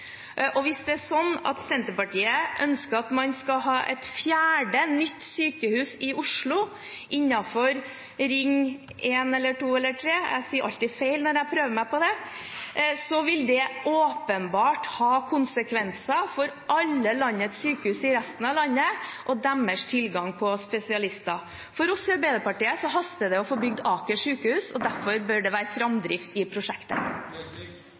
fagfolk. Hvis Senterpartiet ønsker at man skal ha et fjerde nytt sykehus i Oslo innenfor Ring 1, 2 eller 3 – jeg sier alltid feil når jeg prøver meg på det – vil det åpenbart ha konsekvenser for alle sykehus i resten av landet og deres tilgang på spesialister. For oss i Arbeiderpartiet haster det å få bygd Aker sykehus, og derfor bør det være framdrift i prosjektet.